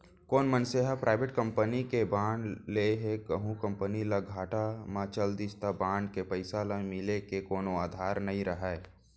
कोनो मनसे ह कोनो पराइबेट कंपनी के बांड ले हे कहूं कंपनी ह घाटा म चल दिस त बांड के पइसा ह मिले के कोनो अधार नइ राहय